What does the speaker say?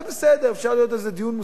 אפשר לעשות על זה דיון מוסרי אחר,